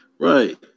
Right